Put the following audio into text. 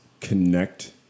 connect